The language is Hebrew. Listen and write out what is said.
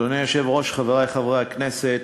אדוני היושב-ראש, חברי חברי הכנסת,